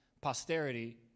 posterity